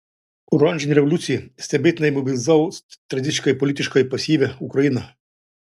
oranžinė revoliucija stebėtinai mobilizavo tradiciškai politiškai pasyvią ukrainą